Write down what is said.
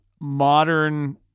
modern